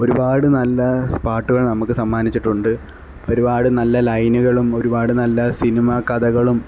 ഒരുപാട് നല്ല പാട്ടുകള് നമുക്ക് സമ്മാനിച്ചിട്ടുണ്ട് ഒരുപാട് നല്ല ലൈനുകളും ഒരുപാട് നല്ല സിനിമ കഥകളും